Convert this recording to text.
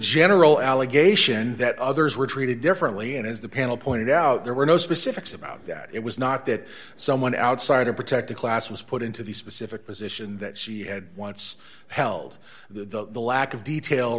general allegation that others were treated differently and as the panel pointed out there were no specifics about that it was not that someone outside a protected class was put into the specific position that she had once held that the lack of detail